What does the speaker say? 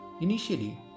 Initially